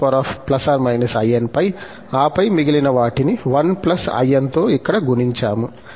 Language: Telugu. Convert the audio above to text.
ఆపై మిగిలిన వాటిని 1 in తో ఇక్కడ గుణించాము